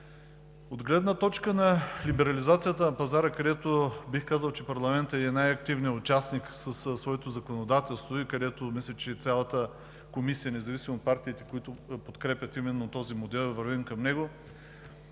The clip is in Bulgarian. От гледна точка на либерализацията на пазара, където бих казал, че парламентът е и най-активният участник със своето законодателство, и където, мисля, че и цялата комисия, независимо от партиите, които подкрепят именно този модел и вървим към него,